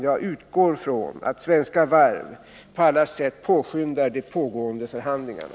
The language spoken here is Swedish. Jag utgår från att Svenska Varv på alla sätt påskyndar de pågående förhandlingarna.